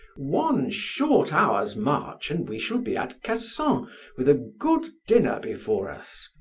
one short hour's march, and we shall be at cassan with a good dinner before us.